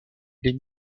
les